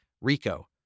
RICO